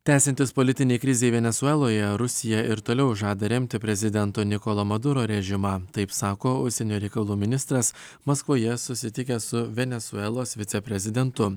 tęsiantis politinei krizei venesueloje rusija ir toliau žada remti prezidento nikolo maduro režimą taip sako užsienio reikalų ministras maskvoje susitikęs su venesuelos viceprezidentu